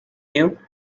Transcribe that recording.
you